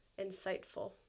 insightful